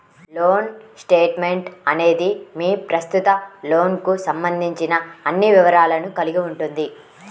loan statement అనేది మీ ప్రస్తుత లోన్కు సంబంధించిన అన్ని వివరాలను కలిగి ఉంటుంది